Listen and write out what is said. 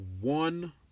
One